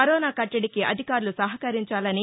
corona కట్టడికి అధికారులు సహకరించాలని